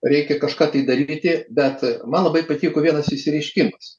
reikia kažką tai daryti bet man labai patiko vienas išsireiškimas